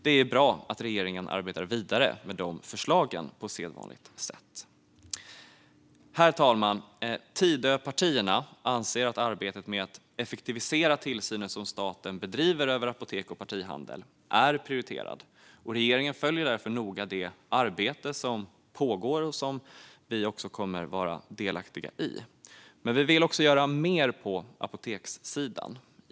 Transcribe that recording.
Det är bra att regeringen arbetar vidare med de förslagen på sedvanligt sätt. Herr talman! Tidöpartierna anser att arbetet med att effektivisera den tillsyn som staten bedriver över apotek och partihandel är prioriterat. Regeringen följer därför noga det arbete som pågår och som vi också kommer att vara delaktiga i. Men vi vill också göra mer på apotekssidan.